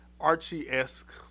Archie-esque